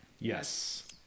Yes